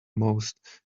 most